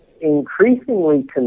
increasingly